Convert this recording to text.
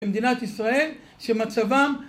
במדינת ישראל שמצבם